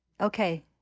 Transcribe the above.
Okay